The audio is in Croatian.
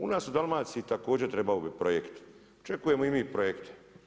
U nas u Dalmaciji također trebao biti projekt, očekujemo i mi projekte.